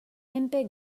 menpe